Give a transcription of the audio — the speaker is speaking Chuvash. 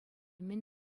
мӗн